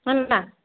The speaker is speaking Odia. ହେଲା